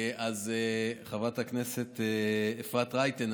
אז חברת הכנסת אפרת רייטן,